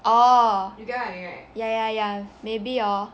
oh ya ya ya maybe hor